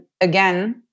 again